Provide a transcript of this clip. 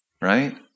Right